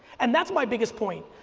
and that's my biggest point.